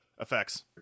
effects